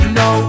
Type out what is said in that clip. no